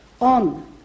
on